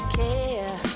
care